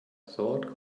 thought